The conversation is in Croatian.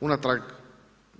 Unatrag